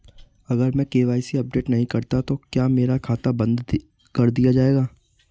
अगर मैं KYC update नहीं करता तो क्या मेरा खाता बंद कर दिया जाएगा?